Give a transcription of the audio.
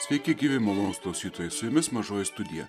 sveiki gyvi malonūs klausytojai su jumis mažoji studija